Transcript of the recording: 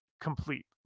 complete